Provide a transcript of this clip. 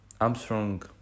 Armstrong